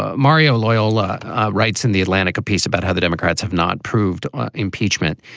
ah mario loyola writes in the atlantic a piece about how the democrats have not proved impeachment.